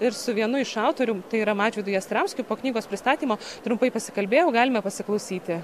ir su vienu iš autorių tai yra mažvydu jastramskiu po knygos pristatymo trumpai pasikalbėjau galime pasiklausyti